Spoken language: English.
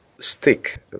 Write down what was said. stick